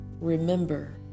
remember